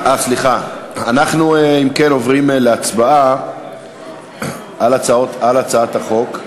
אנחנו, אם כן, עוברים להצבעה על הצעת החוק.